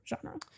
genre